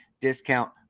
discount